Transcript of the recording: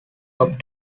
top